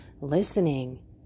listening